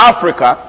Africa